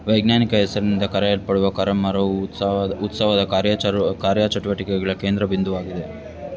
ವೈಜ್ಞಾನಿಕ ಹೆಸರಿನಿಂದ ಕರೆಯಲ್ಪಡುವ ಕರಮ್ ಮರವು ಉತ್ಸವದ ಉತ್ಸವದ ಕಾರ್ಯಚ ಕಾರ್ಯಚಟುವಟಿಕೆಗಳ ಕೇಂದ್ರ ಬಿಂದುವಾಗಿದೆ